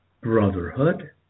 brotherhood